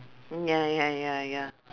mm ya lah ya lah ya lah ya